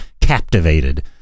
captivated